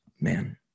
man